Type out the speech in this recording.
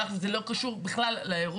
על אף שזה לא קשור בכלל לאירוע.